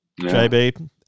JB